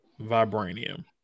vibranium